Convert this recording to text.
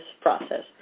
process